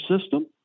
system